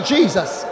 Jesus